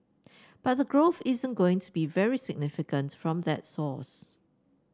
but the growth isn't going to be very significant from that source